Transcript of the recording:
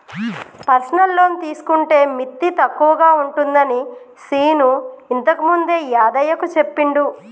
personal loan తీసుకుంటే మిత్తి తక్కువగా ఉంటుందని శీను ఇంతకుముందే యాదయ్యకు చెప్పిండు